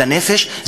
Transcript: לנפש,